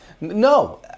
no